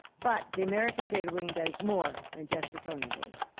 but the american theatre wing does more than just the tony awards.